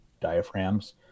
diaphragms